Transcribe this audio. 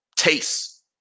taste